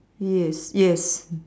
yes yes